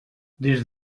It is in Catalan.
des